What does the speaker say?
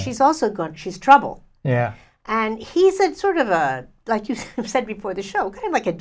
she's also going to she's trouble yeah and he said sort of like you said before the show kind of like a